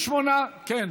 התשע"ח 2018, נתקבל.